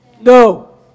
No